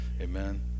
Amen